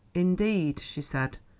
indeed, she said,